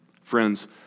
Friends